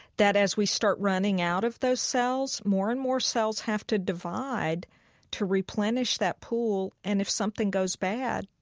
that as we start running out of those cells, more and more cells have to divide to replenish that pool. and if something goes bad,